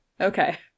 Okay